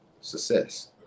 success